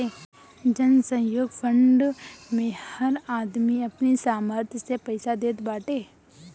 जनसहयोग फंड मे हर आदमी अपनी सामर्थ्य से पईसा देत बाटे